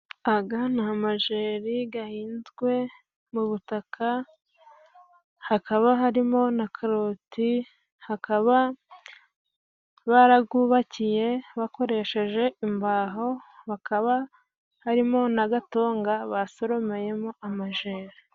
Aya ni mageri ahinzwe mu butaka, hakaba harimo na karoti, hakaba barawubakiye bakoresheje imbaho, bakaba harimo na gatonga basoromeyemo amajeri.